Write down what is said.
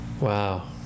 Wow